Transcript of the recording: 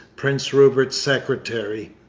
prince rupert's secretary.